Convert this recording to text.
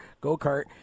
go-kart